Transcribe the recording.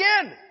again